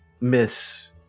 miss